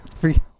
free